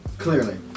Clearly